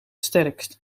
sterkst